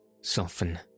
soften